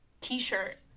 T-shirt